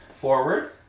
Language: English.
forward